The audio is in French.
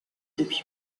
depuis